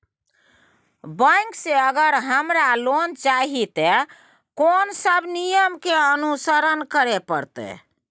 Bank से अगर हमरा लोन चाही ते कोन सब नियम के अनुसरण करे परतै?